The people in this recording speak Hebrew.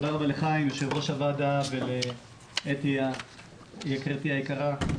ליושב-ראש הוועדה וליושבת-ראש ועדת המשנה.